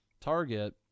target